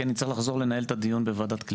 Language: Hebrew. כי אני צריך לחזור לנהל את הדיון בוועדת הקליטה.